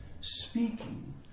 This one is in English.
speaking